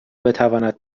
بتواند